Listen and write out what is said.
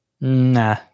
Nah